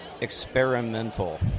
experimental